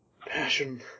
passion